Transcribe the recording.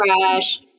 crash